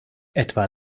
etwa